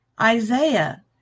Isaiah